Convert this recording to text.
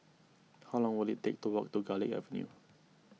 how long will it take to walk to Garlick Avenue